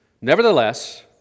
Nevertheless